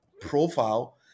profile